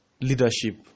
leadership